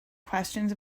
questions